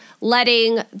letting